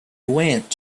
went